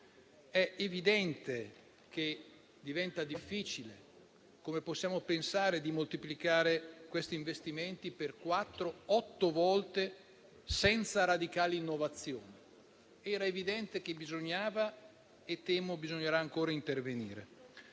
È evidente che diventa difficile pensare di moltiplicare questi investimenti per quattro o otto volte, senza radicali innovazioni. Era evidente che bisognava e temo bisognerà ancora intervenire.